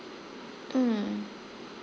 mm